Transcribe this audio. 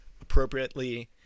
appropriately